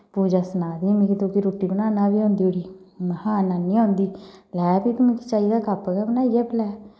पूजा सनाऽ दी मिगी तुगी रुट्टी बनाना बी उठी औंदी महां हां नानी औंदी लै फ्ही मिगी चाही दा कप्प गै बनाइयै पलै